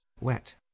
wet